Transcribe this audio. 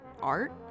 art